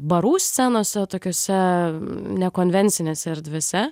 barų scenose tokiose ne konvencinėse erdvėse